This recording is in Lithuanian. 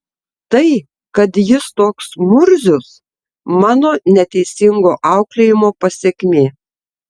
tai kad jis toks murzius mano neteisingo auklėjimo pasekmė